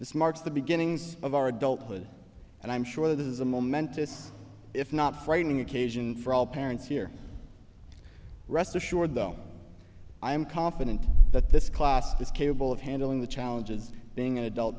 this marks the beginnings of our adulthood and i'm sure this is a momentous if not frightening occasion for all parents here rest assured though i am confident that this class is capable of handling the challenges being an adult